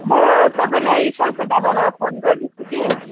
म तपाईँलाई कलकत्ताबाट फोन गर्दैछु कि